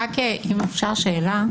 אם אפשר שאלה.